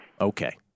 Okay